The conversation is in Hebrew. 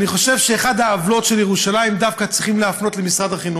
ואני חושב שבאחד העוולות של ירושלים צריכים דווקא להפנות למשרד החינוך,